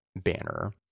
banner